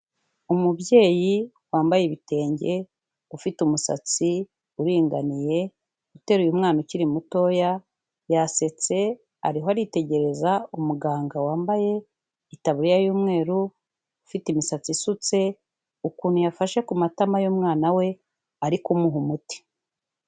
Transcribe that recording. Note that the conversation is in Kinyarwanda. Umubyeyi wambaye ibitenge ufite umusatsi uringaniye, uteruye umwana ukiri mutoya yasetse, ariho aritegereza umuganga wambaye itaburiya y'umweru, ufite imisatsi isutse, ukuntu yafashe ku matama y'umwana we, ari kumuha umuti.